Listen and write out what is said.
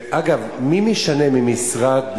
אגב, מי משנה ממשרד למגורים?